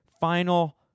Final